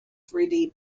three